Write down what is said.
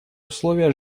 условия